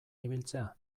ibiltzea